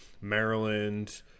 Maryland